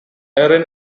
erin